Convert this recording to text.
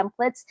templates